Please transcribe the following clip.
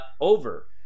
over